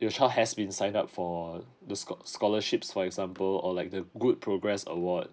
your child has been signed up for the scho~ scholarships for example or like the good progress award